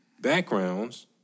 backgrounds